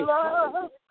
Love